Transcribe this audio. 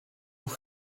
vous